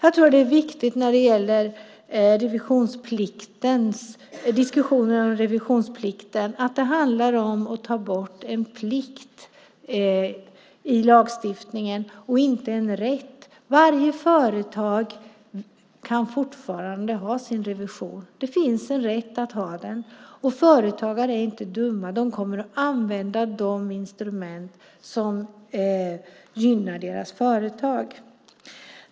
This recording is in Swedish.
När det gäller diskussionerna om revisionsplikten tror jag att det är viktigt att säga att det handlar om att ta bort en plikt i lagstiftningen, och inte en rätt. Varje företag kan fortfarande ha sin revision - det finns en rätt att ha den. Och företagare är inte dumma - de kommer att använda de instrument som gynnar deras företag.